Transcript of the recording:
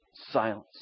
silence